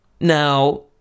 Now